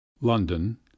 london